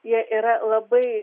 jie yra labai